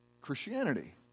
Christianity